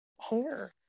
hair